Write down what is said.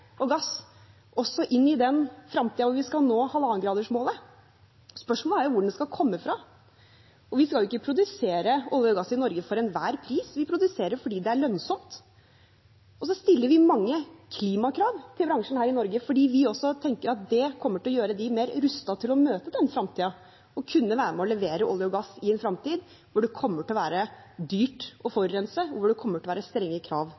og gass, også inn i den fremtiden hvor vi skal nå 1,5-gradersmålet. Spørsmålet er hvor den skal komme fra. Vi skal ikke produsere olje og gass i Norge for enhver pris, vi produserer fordi det er lønnsomt. Og så stiller vi mange klimakrav til bransjen her i Norge fordi vi tenker at det kommer til å gjøre dem mer rustet til å møte den fremtiden, til å kunne være med og levere olje og gass i en fremtid hvor det kommer til å være dyrt å forurense, og hvor det kommer til å være strenge krav